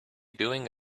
doing